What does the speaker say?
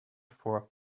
vor